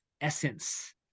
essence